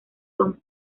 son